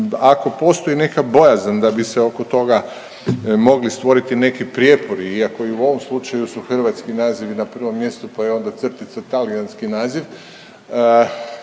Ako postoji neka bojazan da bi se oko toga mogli stvoriti neki prijepori, iako i u ovom slučaju su hrvatski nazivi na prvom mjestu, pa je onda crtica, talijanski naziv,